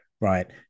right